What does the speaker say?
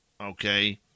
Okay